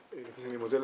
אני מודה לך.